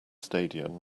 stadium